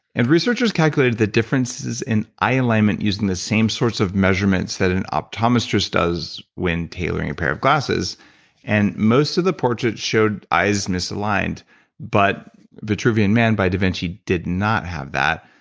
and researchers calculated the differences in eye alignment using the same sorts of measurements that an optometrist does when tailoring a pair of glasses and most of the portraits showed eyes misaligned but vetruvian man by da vinci did not have that,